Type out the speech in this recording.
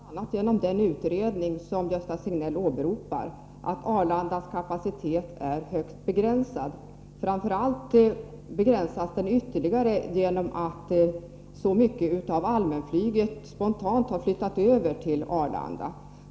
Fru talman! Bl. a. genom den utredning som Sven-Gösta Signell åberopar vet vi att Arlandas kapacitet redan är högst begränsad. Framför allt begränsas den ytterligare genom att så mycket av allmänflyget spontant har flyttat över till Arlanda.